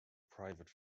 private